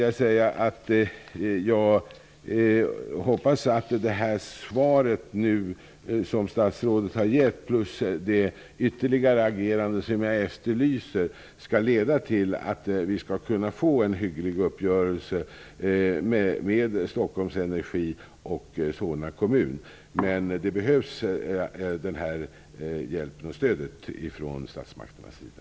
Jag hoppas att svaret som statsrådet har gett plus det ytterligare agerandet jag efterlyser skall leda till att det kan bli en hygglig uppgörelse mellan Stockholm Energi AB och Solna kommun. Hjälpen och stödet behövs från statsmakternas sida.